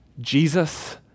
Jesus